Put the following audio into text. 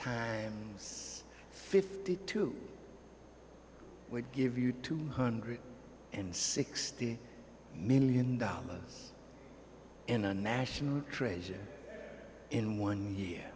times fifty two would give you two hundred and sixty million dollars in a national treasure in one year